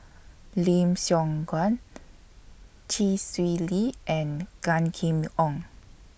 Lim Siong Guan Chee Swee Lee and Gan Kim Yong